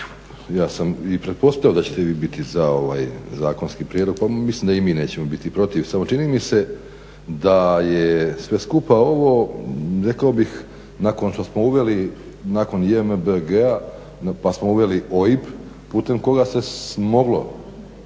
ja sam i pretpostavio da ćete vi biti za ovaj zakonski prijedlog pa mislim da i mi nećemo biti protiv, samo čini mi se da je sve skupa ovo rekao bih nakon što smo uveli nakon JMBG-a pa smo uveli OIB putem koga se moglo